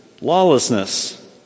lawlessness